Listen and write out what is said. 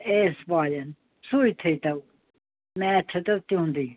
S والیٚن سُے تھٲۍ تو میتھ تھٲۍ تو تہنٛدُے